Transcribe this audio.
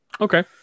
Okay